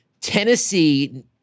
Tennessee